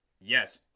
Yes